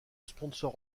sponsor